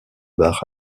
bach